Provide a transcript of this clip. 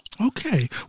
Okay